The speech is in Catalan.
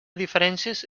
diferències